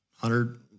hundred